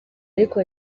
ariko